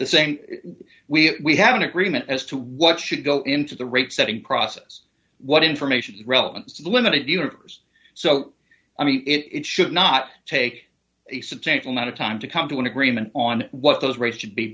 the same we have an agreement as to what should go into the rate setting process what information is relevant to the limited univers so i mean it should not take a substantial amount of time to come to an agreement on what those rates should be